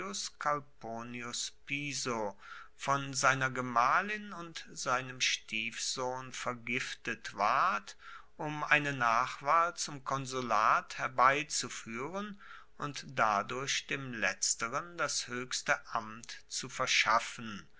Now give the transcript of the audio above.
von seiner gemahlin und seinem stiefsohn vergiftet ward um eine nachwahl zum konsulat herbeizufuehren und dadurch dem letzeren das hoechste amt zu verschaffen